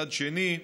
ומצד שני,